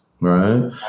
Right